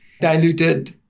diluted